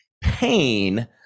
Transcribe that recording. pain